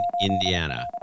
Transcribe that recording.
Indiana